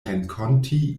renkonti